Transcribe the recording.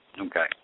Okay